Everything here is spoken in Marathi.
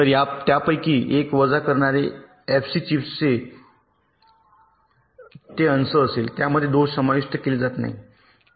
तर त्यापैकी 1 वजा करणारे एफसी चिप्सचे ते अंश असेल ज्यामध्ये दोष समाविष्ट केले जात नाहीत